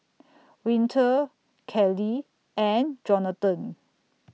Winter Kellee and Jonathon